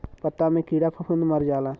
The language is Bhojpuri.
पत्ता मे कीड़ा फफूंद मर जाला